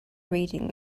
reading